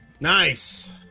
Nice